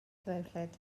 ddrewllyd